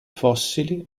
fossili